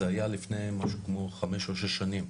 זה היה לפני משהו כמו חמש או שש שנים,